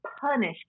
punish